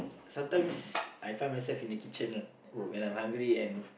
sometimes I find myself in the kitchen when I'm hungry and